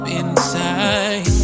inside